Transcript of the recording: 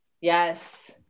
Yes